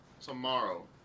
tomorrow